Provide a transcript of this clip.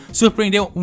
surpreendeu